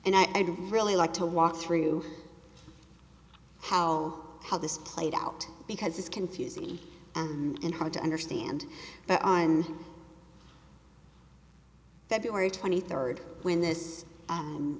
and i'd really like to walk through how how this played out because it's confusing and hard to understand but on february twenty third when this